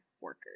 workers